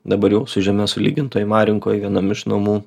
dabar jau su žeme sulygintoj marenkoj vienam iš namų